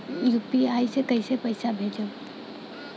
UPI से कईसे पैसा भेजब?